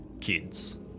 kids